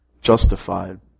justified